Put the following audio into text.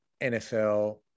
NFL